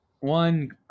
One